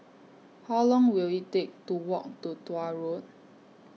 How Long Will IT Take to Walk to Tuah Road